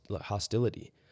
hostility